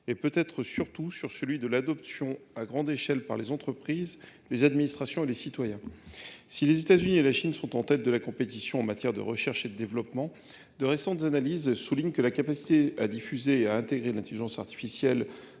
et peut-être surtout sur celui de l'adoption à grande échelle par les entreprises, les administrations et les citoyens. Si les États-Unis et la Chine sont en tête de la compétition en matière de recherche et de développement, de récentes analyses soulignent que la capacité à diffuser et à intégrer l'intelligence artificielle